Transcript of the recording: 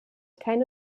keine